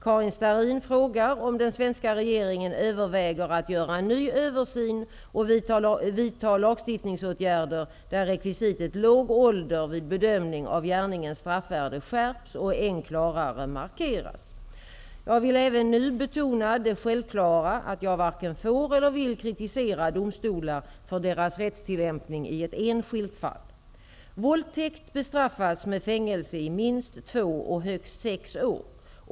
Karin Starrin frågar om den svenska regeringen överväger att göra en ny översyn och vidta lagstiftningsåtgärder där rekvisitet låg ålder vid bedömning av gärningens straffvärde skärps och än klarare markeras. Jag vill även nu betona det självklara att jag varken får eller vill kritisera domstolar för deras rättstillämpning i ett enskilt fall. Våldtäkt bestraffas med fängelse i minst två och högst sex år.